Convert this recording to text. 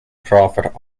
prophet